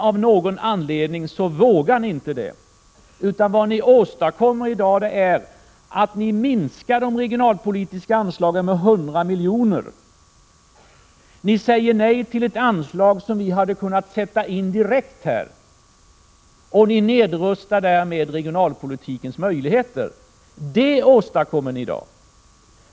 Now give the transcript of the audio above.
Av någon anledning vågar ni inte det, utan vad ni åstadkommer är att ni minskar de regionalpolitiska anslagen med 100 milj.kr. Ni säger nej till ett anslag som ni hade kunnat sätta in direkt och nedrustar därmed regionalpolitikens möjligheter. Det är vad ni åstadkommer i dag.